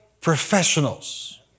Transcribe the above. professionals